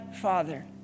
Father